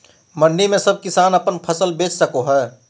मंडी में सब किसान अपन फसल बेच सको है?